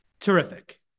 Terrific